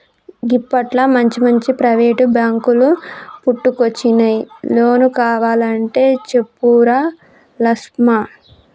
గిప్పట్ల మంచిమంచి ప్రైవేటు బాంకులు పుట్టుకొచ్చినయ్, లోన్ కావలంటే చెప్పురా లస్మా